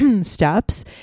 steps